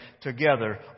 together